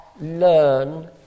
learn